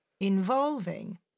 involving